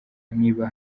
niba